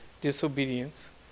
disobedience